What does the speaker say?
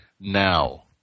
now